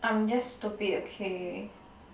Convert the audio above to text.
I'm just stupid okay